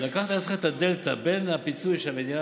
לקחת על עצמכם את הדלתא בין הפיצוי שהמדינה